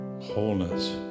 wholeness